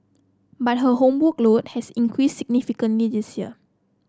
but her homework load has increase significantly this year